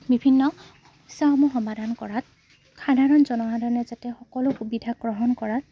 বিভিন্ন সমস্যাসমূহ সমাধান কৰাত সাধাৰণ জনসাধাৰণে যাতে সকলো সুবিধা গ্ৰহণ কৰাত